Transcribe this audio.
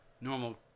normal